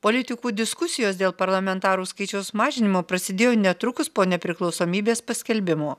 politikų diskusijos dėl parlamentarų skaičiaus mažinimo prasidėjo netrukus po nepriklausomybės paskelbimo